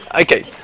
Okay